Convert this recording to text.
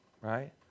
right